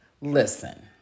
listen